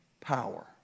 power